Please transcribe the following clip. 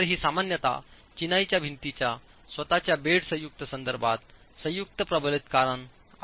तर ही सामान्यत चिनाईच्या भिंतीच्या स्वत च्या बेड संयुक्त संदर्भात संयुक्त प्रबलित करण आहे